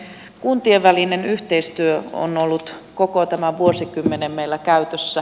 kuntien välinen yhteistyö on ollut koko tämän vuosikymmenen meillä käytössä